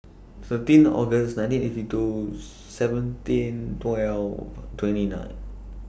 thirteen August nineteen eighty two seventeen twelve twenty nine